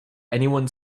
anyone